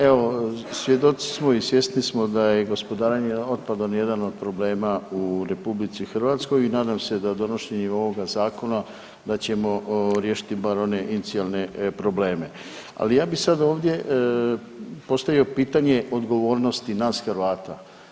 Evo svjedoci smo i svjesni smo da je gospodarenje otpadom jedan od problema u RH i nadam se da donošenjem ovoga zakona da ćemo riješiti bar one inicijalne probleme, ali ja bi sada ovdje postavio pitanje odgovornosti nas Hrvata.